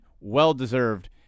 well-deserved